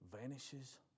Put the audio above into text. Vanishes